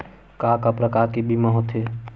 का का प्रकार के बीमा होथे?